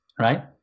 right